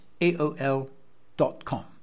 aol.com